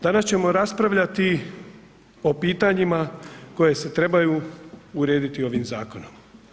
Danas ćemo raspravljati o pitanjima koje se trebaju urediti ovim zakonom.